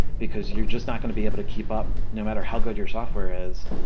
because you're just not going to be able to keep up no matter how good your software is.